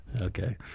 Okay